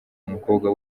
umukobwa